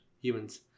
humans